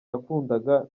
nakundaga